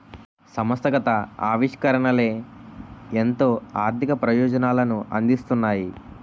సంస్థాగత ఆవిష్కరణలే ఎంతో ఆర్థిక ప్రయోజనాలను అందిస్తున్నాయి